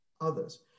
others